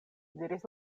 diris